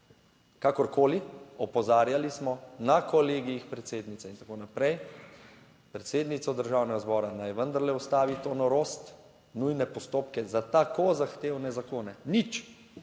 Kakorkoli, opozarjali smo na Kolegijih predsednice in tako naprej, predsednico Državnega zbora naj vendarle ustavi to norost, nujne postopke za tako zahtevne zakone - nič